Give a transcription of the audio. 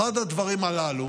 אחד הדברים הללו